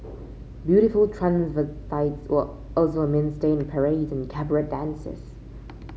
beautiful were also a mainstay in parades and cabaret dances